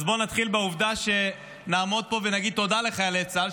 אז בואו נתחיל בעובדה שנעמוד פה ונגיד תודה לחיילי צה"ל,